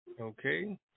Okay